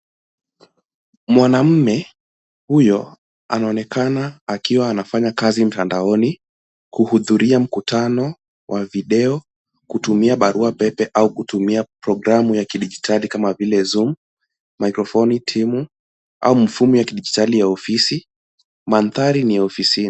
Mwanaume huyo anaonekana akiwa anafanya kazi mtandaoni, kuhudhuria mkutano wa video, kutumia barua pepe au kutumia programu ya kidijitali kama vile Zoom, Microsoft Team au mfumo ya kidijitali ya ofisi. Mandhari ni ya ofisini.